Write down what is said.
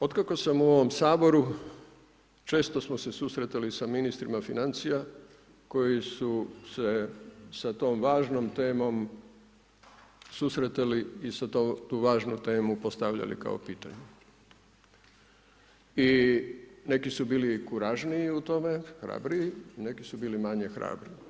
Otkako sam u ovom Saboru, često smo se susretali sa ministrima financija koji su se sa tom važnom temom susretali i tu važnu temu postavljali kao pitanje i neki su bili kuražniji u tome, hrabriji, neki su bili manje hrabri.